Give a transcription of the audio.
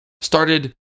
started